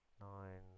nine